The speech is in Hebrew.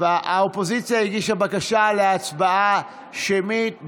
האופוזיציה הגישה בקשה להצבעה שמית.